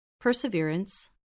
perseverance